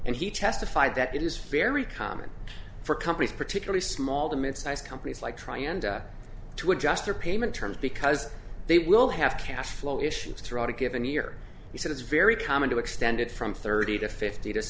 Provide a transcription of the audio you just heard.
and he testified that it is very common for companies particularly small to mid sized companies like try and to adjust their payment terms because they will have cash flow issues throughout a given year he said it's very common to extend it from thirty to fifty this